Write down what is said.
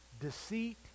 deceit